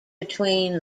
between